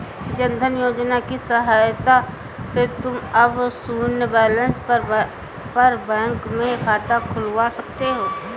जन धन योजना की सहायता से तुम अब शून्य बैलेंस पर बैंक में खाता खुलवा सकते हो